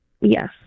yes